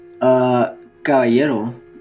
Caballero